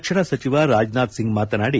ರಕ್ಷಣಾ ಸಚಿವ ರಾಜನಾಥ್ಸಿಂಗ್ ಮಾತನಾಡಿ